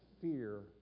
fear